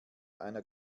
einer